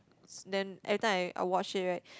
s~ then every time I I watch it right